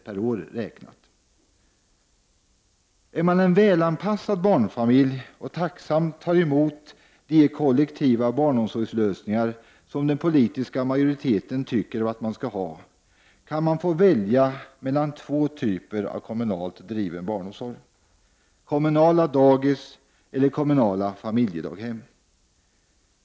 Är det fråga om en välanpassad barnfamilj som tacksamt tar emot de kollektiva barnomsorgslösningar som den politiska majoriteten anser att man skall ha, kan man få välja mellan två typer av kommunalt driven barnomsorg — kommunala dagis eller kommunala familjedaghem.